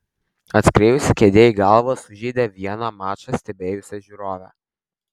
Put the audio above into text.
atskriejusi kėdė į galvą sužeidė vieną mačą stebėjusią žiūrovę